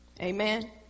Amen